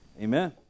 Amen